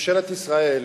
ממשלת ישראל